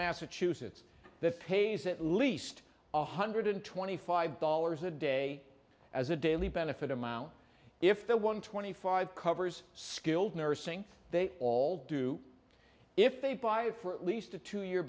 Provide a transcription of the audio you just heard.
massachusetts that pays at least one hundred twenty five dollars a day as a daily benefit amount if the one twenty five covers skilled nursing they all do if they buy it for at least a two year